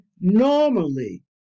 normally